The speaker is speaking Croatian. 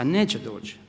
Neće doći.